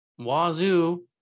Wazoo